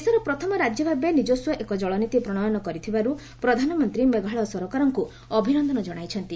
ଦେଶର ପ୍ରଥମ ରାଜ୍ୟ ଭାବେ ଏକ ନିଜସ୍ୱ ଏକ ଜଳନୀତି ପ୍ରଣୟନ କରିଥିବାରୁ ପ୍ରଧାନମନ୍ତ୍ରୀ ମେଘାଳୟ ସରକାରଙ୍କୁ ଅଭିନନ୍ଦନ ଜଣାଇଛନ୍ତି